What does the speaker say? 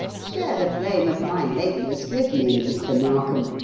share the blame of my lateness with me, mr. narkom,